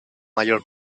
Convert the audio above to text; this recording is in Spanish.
mayor